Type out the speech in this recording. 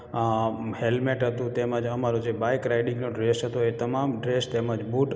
આ હૅ્લ્મેટ હતું તેમ જ અમારો જે બાઈક રાઈડિંગનો ડ્રેસ હતો એ તમામ ડ્રેસ તેમજ બૂટ